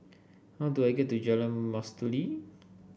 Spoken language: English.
how do I get to Jalan Mastuli